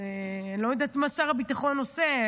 אני לא יודעת מה שר הביטחון עושה,